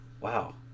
wow